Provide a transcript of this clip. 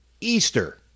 Easter